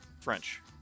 French